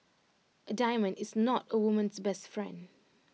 A diamond is not A woman's best friend